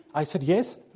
i said yes.